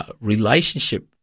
relationship